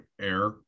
air